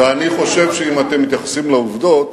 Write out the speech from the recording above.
ואני חושב שאם אתם מתייחסים לעובדות,